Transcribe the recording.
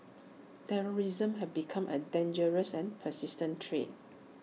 terrorism has become A dangerous and persistent threat